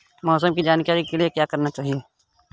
मौसम की जानकारी के लिए क्या करना चाहिए?